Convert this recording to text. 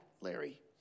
Larry